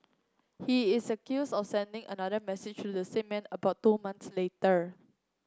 he is accused of sending another message to the same man about two months later